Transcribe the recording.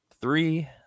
three